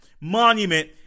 monument